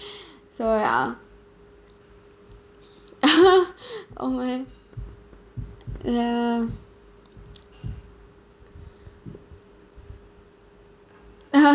so ya oh my ya